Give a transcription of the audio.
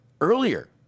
earlier